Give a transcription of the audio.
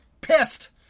Pissed